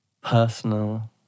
personal